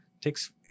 takes